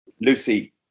Lucy